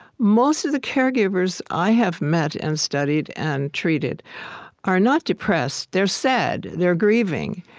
most of the caregivers i have met and studied and treated are not depressed they're sad. they're grieving.